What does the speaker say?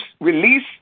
release